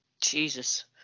jesus